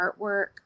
artwork